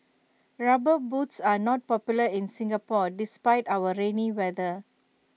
rubber boots are not popular in Singapore despite our rainy weather